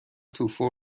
توفو